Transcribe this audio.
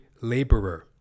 laborer